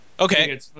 Okay